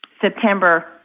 September